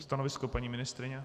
Stanovisko paní ministryně?